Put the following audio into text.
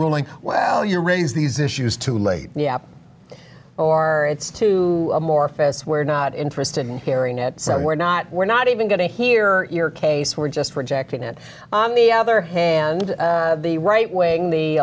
ruling well you raise these issues too late or it's too amorphous we're not interested in hearing it so we're not we're not even going to hear your case we're just rejecting it on the other hand the right wing the